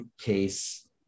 case